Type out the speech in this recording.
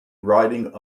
riding